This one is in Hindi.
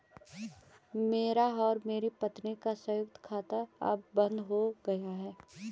मेरा और मेरी पत्नी का संयुक्त खाता अब बंद हो गया है